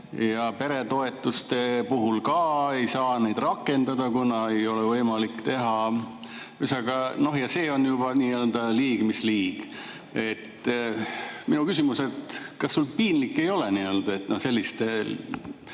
ja peretoetuste puhul ka ei saa neid rakendada, kuna ei ole võimalik teha. Ühesõnaga, see on juba liig mis liig. Minu küsimus: kas sul piinlik ei ole selliste,